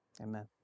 Amen